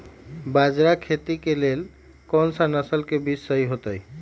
बाजरा खेती के लेल कोन सा नसल के बीज सही होतइ?